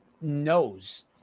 knows